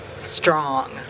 Strong